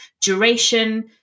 duration